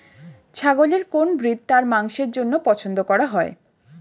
ছাগলের কোন ব্রিড তার মাংসের জন্য পছন্দ করা হয়?